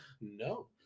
No